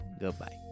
goodbye